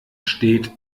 steht